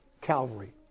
Calvary